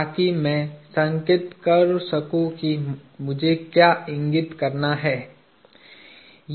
ताकि मैं संकेत कर सकू कि मुझे क्या इंगित करना है